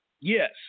yes